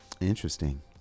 Interesting